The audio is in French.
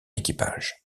équipage